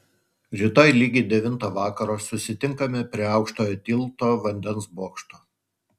rytoj lygiai devintą vakaro susitinkame prie aukštojo tilto vandens bokšto